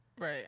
Right